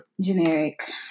Generic